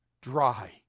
dry